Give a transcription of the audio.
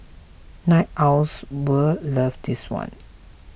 night owls will love this one